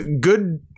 good